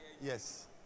yes